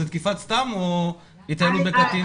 זאת תקיפת סתם או התעללות בקטין?